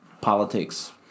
politics